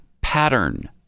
pattern